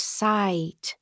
sight